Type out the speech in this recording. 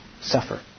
suffer